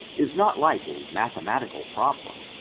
is not like a mathematical problem,